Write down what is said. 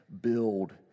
build